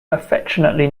affectionately